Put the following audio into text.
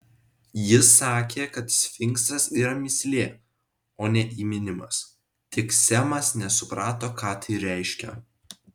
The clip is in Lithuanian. jis sakė kad sfinksas yra mįslė o ne įminimas tik semas nesuprato ką tai reiškia